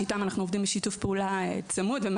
שאתם אנחנו עובדים בשיתוף פעולה צמוד וגם